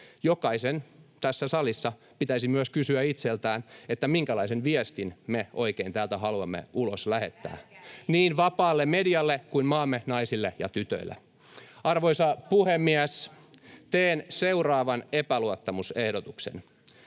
Jokaisen tässä salissa pitäisi myös kysyä itseltään, minkälaisen viestin me oikein täältä haluamme ulos lähettää [Jenna Simula: Älkää viitsikö!] niin vapaalle medialle kuin maamme naisille ja tytöille. Arvoisa puhemies! Teen seuraavan epäluottamusehdotuksen: